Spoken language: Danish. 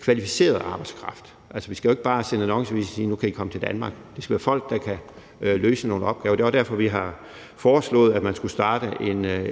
kvalificeret arbejdskraft. Altså, vi skal jo ikke bare sætte en annonce i avisen og skrive: Nu kan I komme til Danmark. Det skal være folk, der kan løse nogle opgaver. Det er også derfor, at vi har foreslået, at man skulle starte